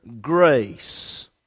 grace